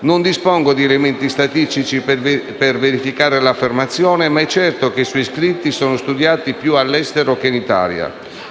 non dispongo di elementi statistici per verificare l'affermazione, ma è certo che i suoi scritti sono studiati più all'estero che in Italia,